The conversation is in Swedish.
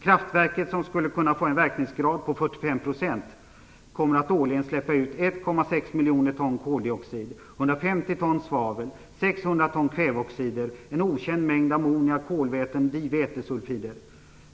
Kraftverket, som skulle kunna få en verkningsgrad på 45 %, kommer att årligen släppa ut 1,6 miljoner ton koldioxid, 150 ton svavel, 600 ton kväveoxider och en okänd mängd ammoniak, kolväten och divätesulfider.